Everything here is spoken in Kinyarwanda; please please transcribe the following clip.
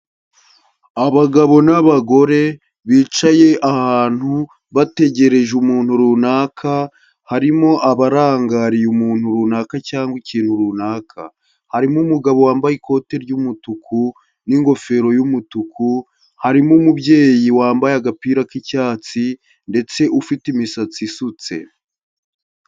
Abagabo n'abagore bicaye ahantu, bategereje umuntu runaka, harimo abarangariye umuntu runaka cyangwa ikintu runaka, harimo umugabo wambaye ikoti ry'umutuku n'ingofero y'umutuku, harimo umubyeyi wambaye agapira k'icyatsi ndetse ufite imisatsi isutse.